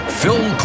Phil